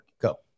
Go